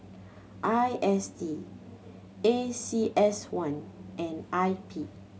I S D A C S one and I P